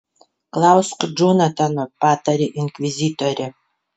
klausk džonatano patarė inkvizitorė